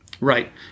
Right